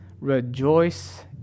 rejoice